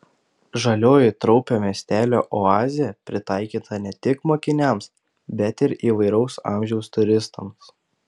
žalioji traupio miestelio oazė pritaikyta ne tik mokiniams bet ir įvairaus amžiaus turistams